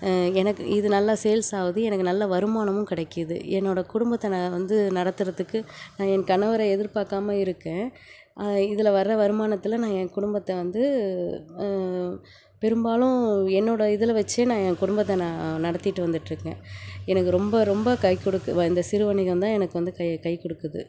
எனக்கு இது நல்லா சேல்ஸ் ஆகுது எனக்கு நல்ல வருமானமும் கிடைக்குது என்னோடய குடும்பத்தை நான் வந்து நடத்துகிறத்துக்கு நான் என் கணவரை எதிர்பார்க்காம இருக்கேன் இதில் வர்ற வருமானத்தில் நான் என் குடும்பத்தை வந்து பெரும்பாலும் என்னோடய இதில் வைத்தே நான் ஏன் குடும்பத்தை நான் நடத்திட்டு வந்துட்டு இருக்கேன் எனக்கு ரொம்ப ரொம்ப கைக்குடுக்க வந்த இந்த சிறுவணிகம் தான் எனக்கு வந்து கை கை கொடுக்குது